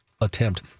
attempt